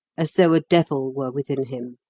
as though a devil were within him.